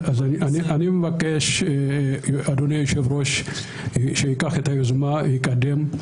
אני מבקש שאדוני היושב-ראש ייקח את היוזמה ויקדם,